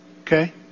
Okay